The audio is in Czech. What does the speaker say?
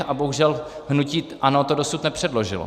A bohužel hnutí ANO to dosud nepředložilo.